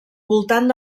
voltant